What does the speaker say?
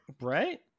Right